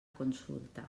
consulta